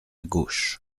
gauche